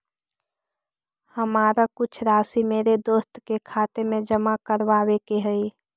हमारा कुछ राशि मेरे दोस्त के खाते में जमा करावावे के हई